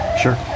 Sure